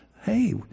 Hey